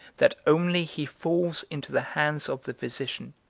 that only he falls into the hands of the physician,